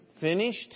finished